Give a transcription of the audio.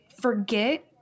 forget